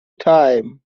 times